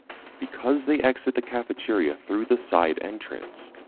because they exit the cafeteria through the side entrance,